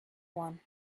one